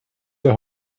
der